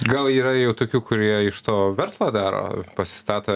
gal yra jau tokių kurie iš to verslą daro pasistato